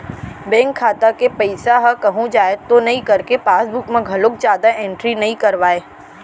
bank खाता के पइसा ह कहूँ जाए तो नइ करके पासबूक म घलोक जादा एंटरी नइ करवाय